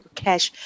cash